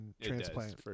transplant